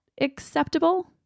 acceptable